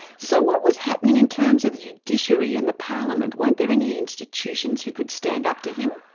so what was happening in terms of the judiciary and the parliament? weren't there any institutions who could stand up to him?